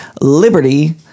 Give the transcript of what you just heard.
Liberty